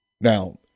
now